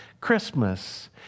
Christmas